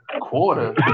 Quarter